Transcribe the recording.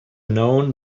known